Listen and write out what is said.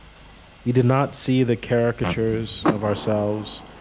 he did not see the caricatures of ourselves,